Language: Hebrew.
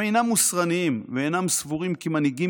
הם אינם מוסרניים ואינם סבורים כי מנהיגים